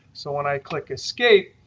so when i click escape,